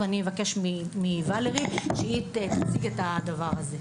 ואני אבקש מוולרי שתציג את הדבר הזה.